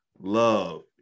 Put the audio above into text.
love